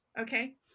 okay